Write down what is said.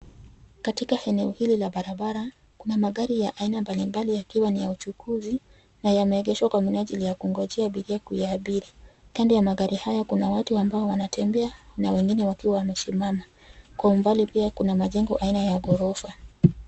Katika eneo hili la barabara kuna magari ya aina mbalimbali yakiwa ni ya uchukuzi na yameegeshwa kwa minajili ya kungojea abiria kuyaabiri. Kando ya magari haya kuna watu ambao wanatembea na wengine wakiwa wamesimama. Kwa umbali pia kuna majengo aina ya ghorofa.